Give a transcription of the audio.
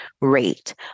rate